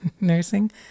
nursing